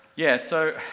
yeah, so,